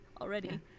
already